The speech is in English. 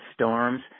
storms